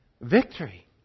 victory